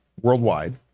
worldwide